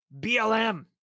BLM